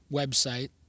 website